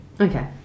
Okay